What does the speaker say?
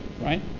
right